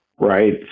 Right